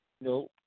no